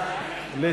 מוכנים להצבעה.